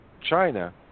China